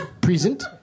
Present